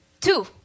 two